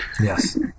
Yes